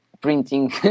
printing